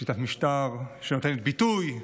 שיטת משטר שנותנת ביטוי.